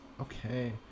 Okay